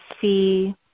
see